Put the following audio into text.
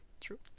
true